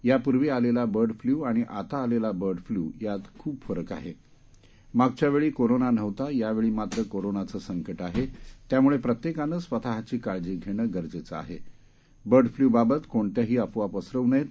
यापूर्वी आलेला bird flu आणि आता आलेला बर्ड फ्लू यात खूप फरक आहे मागच्या वेळी कोरोना नव्हता यावेळी मात्र कोरोनाचे संकट आहे त्यामुळे प्रत्येकानं स्वतची काळजी घेणं गरजेचं आहे बर्ड फ्लू बाबात कोणत्याही अफवा पसरवू नये